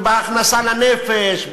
ובהכנסה לנפש,